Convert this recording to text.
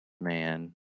man